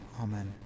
Amen